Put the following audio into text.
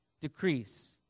decrease